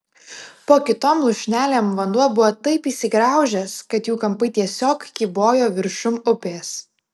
po kitom lūšnelėm vanduo buvo taip įsigraužęs kad jų kampai tiesiog kybojo viršum upės